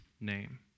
name